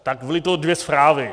Tak byly to dvě zprávy.